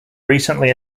recently